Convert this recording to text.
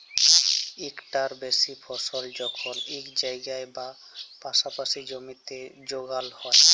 ইকটার বেশি ফসল যখল ইক জায়গায় বা পাসাপাসি জমিতে যগাল হ্যয়